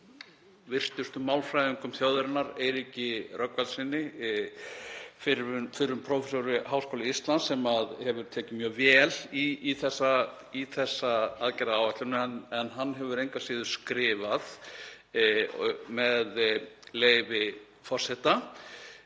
virtustu málfræðingum þjóðarinnar, Eiríki Rögnvaldssyni, fyrrum prófessor við Háskóla Íslands, sem hefur tekið mjög vel í þessa aðgerðaáætlun en hann hefur engu að síður skrifað, með leyfi forseta: